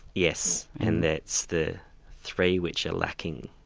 yes, and that's the three which are lacking.